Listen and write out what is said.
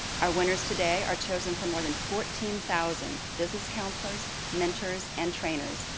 our winners today are chosen from more than fourteen thousand business counselors, mentors and trainers.